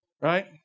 Right